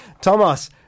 Thomas